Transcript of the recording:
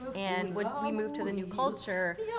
and when we moved to the new culture,